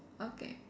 okay